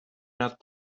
not